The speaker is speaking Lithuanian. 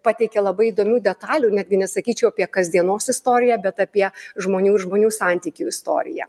pateikė labai įdomių detalių netgi nesakyčiau apie kasdienos istoriją bet apie žmonių ir žmonių santykių istoriją